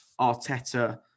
arteta